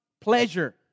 pleasure